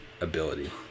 ability